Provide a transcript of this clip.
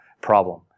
problem